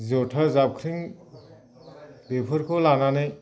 जथा जाबख्रिं बेफोरखौ लानानै